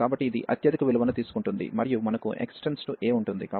కాబట్టి ఇది అత్యధిక విలువను తీసుకుంటుంది మరియు మనకు x → a ఉంటుంది